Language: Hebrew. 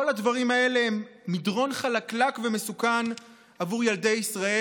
כל הדברים האלה הם במדרון חלקלק ומסוכן עבור ילדי ישראל.